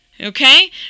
Okay